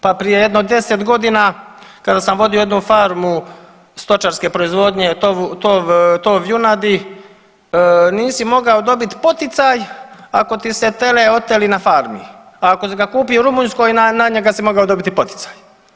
Pa prije jedno deset godina kada sam vodio jednu farmu stočarske proizvodnje, tov junadi nisi mogao dobiti poticaj ako ti se tele oteli na farmi, a ako si ga kupio u Rumunjskoj na njega si mogao dobiti poticaj.